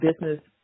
business